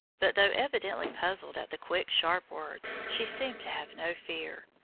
but though evidently puzzled at the quick, sharp words, she seemed to have no fear,